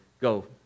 go